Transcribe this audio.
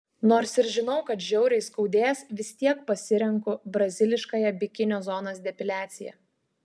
nors ir žinau kad žiauriai skaudės vis tiek pasirenku braziliškąją bikinio zonos depiliaciją